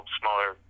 smaller